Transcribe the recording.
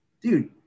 dude